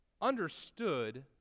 understood